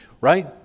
right